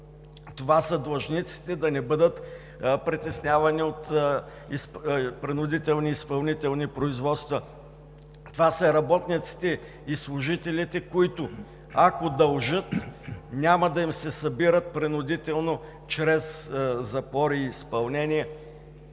това са длъжниците да не бъдат притеснявани от принудителни изпълнителни производства, това са работниците и служителите, които, ако дължат, няма да им се събират принудително чрез запори и изпълнение